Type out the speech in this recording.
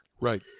Right